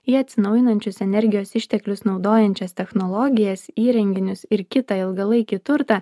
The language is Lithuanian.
į atsinaujinančius energijos išteklius naudojančias technologijas įrenginius ir kitą ilgalaikį turtą